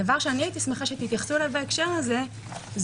הדבר שאני הייתי שמחה שתתייחסו אליו בהקשר הזה זה